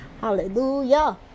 Hallelujah